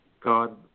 God